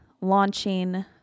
launching